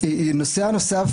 הנושא הנוסף